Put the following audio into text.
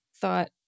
thought